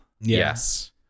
yes